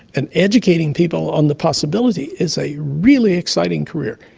and educating people on the possibility is a really exciting career.